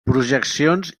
projeccions